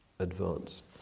advance